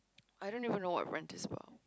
I don't even know what rent is about